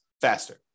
faster